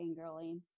fangirling